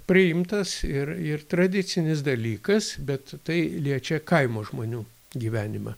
priimtas ir ir tradicinis dalykas bet tai liečia kaimo žmonių gyvenimą